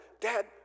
Dad